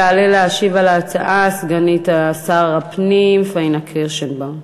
תעלה להשיב על ההצעה סגנית שר הפנים פאינה קירשנבאום.